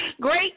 Great